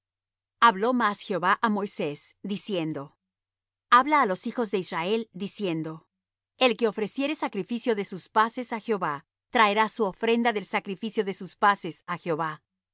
habló más jehová á moisés diciendo habla á los hijos de israel diciendo el que ofreciere sacrificio de sus paces á jehová traerá su ofrenda del sacrificio de sus paces á jehová